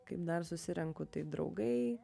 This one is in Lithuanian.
kaip dar susirenku tai draugai